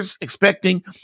expecting